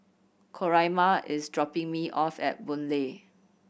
Coraima is dropping me off at Boon Lay